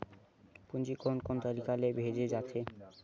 पूंजी कोन कोन तरीका ले भेजे जाथे?